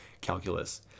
calculus